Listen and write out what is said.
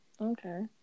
Okay